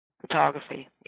photography